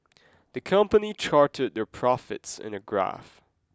the company charted their profits in a graph